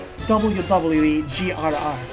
WWEGRR